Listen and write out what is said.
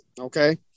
okay